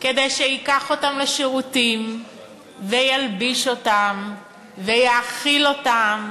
כדי שייקח אותם לשירותים וילביש אותם ויאכיל אותם